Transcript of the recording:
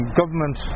government